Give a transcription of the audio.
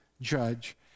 judge